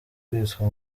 kwitwa